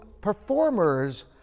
performers